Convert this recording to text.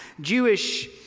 Jewish